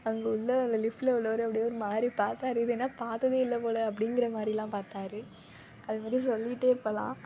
அங்கே உள்ள அந்த லிஃப்டில் உள்ளவர் அப்படியே ஒரு மாதிரி பார்த்தாரு இது என்ன பார்த்ததே இல்லை போலே அப்படிங்கிற மாதிரிலாம் பார்த்தாரு அது பற்றி சொல்லிகிட்டே இருப்பேன் நான்